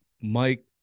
mike